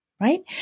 right